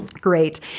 Great